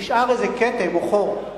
נשאר איזה כתם או חור,